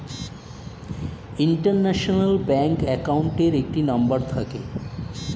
international bank অ্যাকাউন্টের একটি number থাকে